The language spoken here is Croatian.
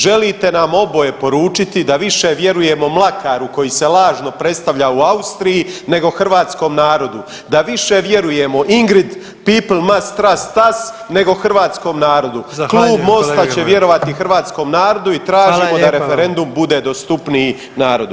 Želite nam oboje poručiti da više vjerujemo Mlakaru koji se lažno predstavlja u Austriji nego hrvatskom narodu, da više vjerujemo Ingrid, Pipl mast trust as! nego hrvatskom narodu [[Upadica predsjednik: Zahvaljujem kolega Grmoja.]] Klub Mosta će vjerovati hrvatskom narodu i tražimo [[Upadica predsjednik: Hvala vam.]] da referendum bude dostupniji narodu.